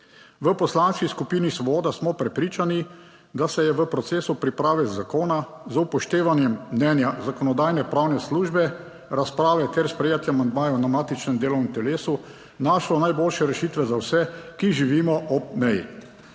V Poslanski skupini Svoboda smo prepričani, da se je v procesu priprave zakona z upoštevanjem mnenja Zakonodajno-pravne službe razprave ter sprejetja amandmajev na matičnem delovnem telesu našlo najboljše rešitve za vse, ki živimo ob meji.